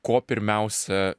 ko pirmiausia